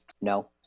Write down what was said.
no